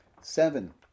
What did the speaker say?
Seven